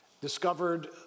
discovered